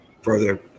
further